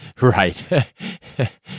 Right